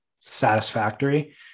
satisfactory